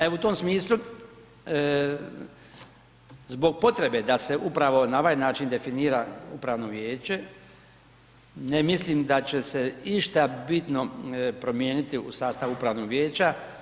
E u tom smislu zbog potrebe da se upravo na ovaj način definira upravo vijeće ne mislim da će se išta bitno promijeniti u sastavu upravnog vijeća.